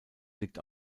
liegt